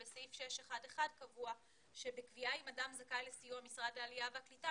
בסעיף 6.11 קבוע שבקביעה אם בן אדם זכאי לסיוע משרד העלייה והקליטה,